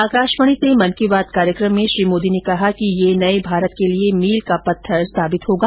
आकाशवाणी से मन की बात कार्यकम में श्री मोदी ने कहा कि ये नये भारत के लिए मील का पत्थर साबित होगा